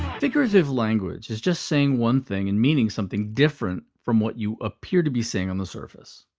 figurative language is just saying one thing and meaning something different from what you appear to be saying on the surface.